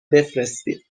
بفرستید